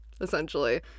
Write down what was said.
essentially